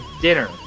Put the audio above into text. dinner